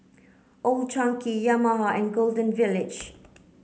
Old Chang Kee Yamaha and Golden Village